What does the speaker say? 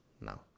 No